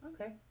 okay